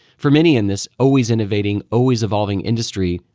for many in this always innovating, always evolving industry,